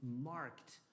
marked